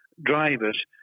drivers